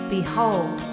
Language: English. Behold